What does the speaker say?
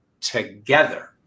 together